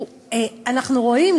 אנחנו רואים,